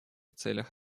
целях